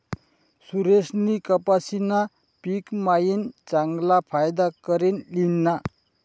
सुरेशनी कपाशीना पिक मायीन चांगला फायदा करी ल्हिना